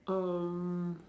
um